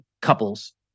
couples